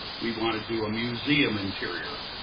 we wanna do a museum interior.